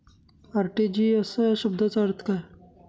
RTGS या शब्दाचा अर्थ काय?